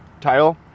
title